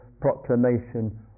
proclamation